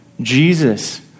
Jesus